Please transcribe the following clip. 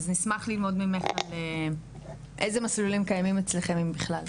נשמח ללמוד ממך אילו מסלולים קיימים אם בכלל.